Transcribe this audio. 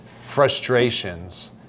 frustrations